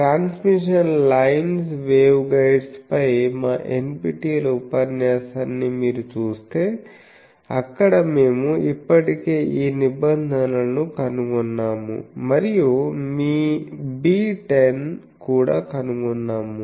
transmission lines wave guides పై మా NPTEL ఉపన్యాసాన్ని మీరు చూస్తే అక్కడ మేము ఇప్పటికే ఈ నిబంధనలను కనుగొన్నాము మరియు మీ β10 కూడా కనుగొన్నాము